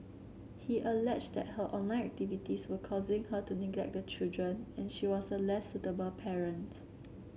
he alleged that her online activities were causing her to neglect the children and she was a less suitable parent